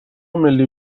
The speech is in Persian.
ملی